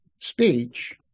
speech